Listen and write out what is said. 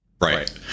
Right